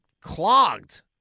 clogged